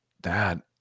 dad